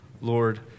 Lord